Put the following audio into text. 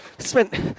Spent